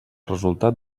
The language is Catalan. resultat